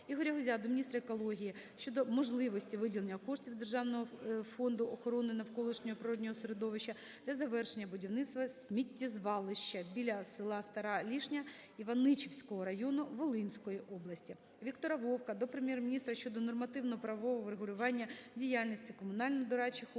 Ігоря Гузя до міністра екології щодо можливості виділення коштів з Державного фонду охорони навколишнього природного середовища для завершення будівництва сміттєзвалища біля села Стара Лішня Іваничівського району Волинської області. Віктора Вовка до Прем'єр-міністра щодо нормативно-правового врегулювання діяльності консультативно-дорадчих органів